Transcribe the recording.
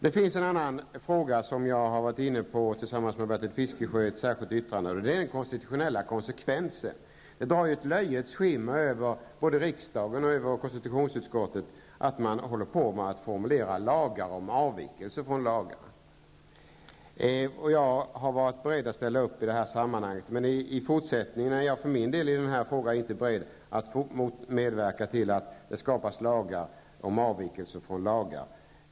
Det finns en annan fråga, som jag tillsammans med Bertil Fiskesjö har varit inne på i ett särskilt yttrande, och det är de konstitutionella konsekvenserna. Det drar ett löjets skimmer över både riksdagen och konstitutionsutskottet när man formulerar lagar om avvikelser från lagarna. Jag har ställt upp i det här sammanhanget, men i fortsättningen är jag inte beredd att medverka till att det skapas lagar om avikelser från lagar.